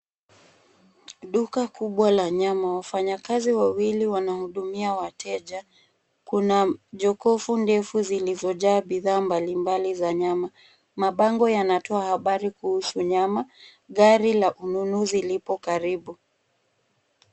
Duka kubwa la nyama. Wafanyakazi wawili wanahudumia wateja. Kuna jokofu ndefu zilizojaa bidhaa mbalimbali za nyama. Mabango yanatoa habari kuhusu nyama. Gari la ununuzi lipo karibu.